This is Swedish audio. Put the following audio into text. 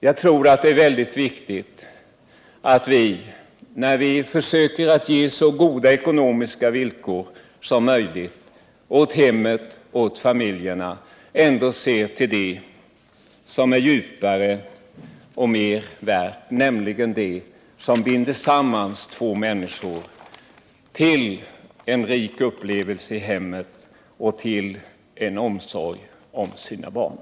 Jag tror att det är väldigt viktigt att vi, när vi försöker ge så goda ekonomiska villkor som möjligt åt hemmen och åt familjerna, ändå ser till det som är djupare och mer värt, nämligen det som binder samman två människor till en rik upplevelse i hemmet och till en omsorg om barnen.